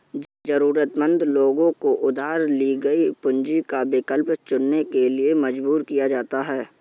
जरूरतमंद लोगों को उधार ली गई पूंजी का विकल्प चुनने के लिए मजबूर किया जाता है